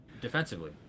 Defensively